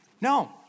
No